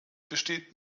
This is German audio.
besteht